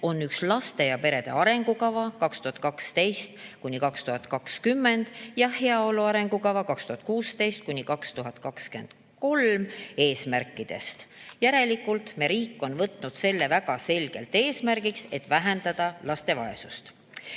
on üks Laste ja perede arengukava 2012–2020 ning Heaolu arengukava 2016–2023 eesmärkidest." Järelikult on riik võtnud selle väga selgelt eesmärgiks, et vähendada laste vaesust.